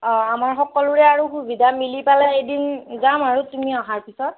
অঁ আমাৰ সকলোৰে আৰু সুবিধা মিলি পেলাই এদিন যাম আৰু তুমি অহাৰ পিছত